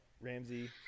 Ramsey